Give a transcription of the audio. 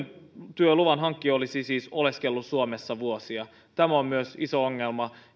työluvan hankkija olisi siis oleskellut suomessa vuosia tämä on myös iso ongelma